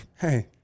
hey